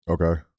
Okay